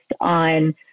on